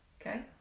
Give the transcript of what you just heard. Okay